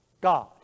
God